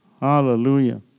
Hallelujah